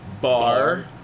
Bar